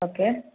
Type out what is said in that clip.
okay